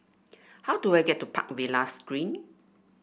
how do I get to Park Villas Green